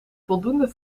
voldoende